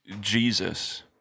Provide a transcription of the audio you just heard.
Jesus